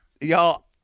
y'all